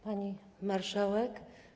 Pani Marszałek!